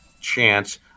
chance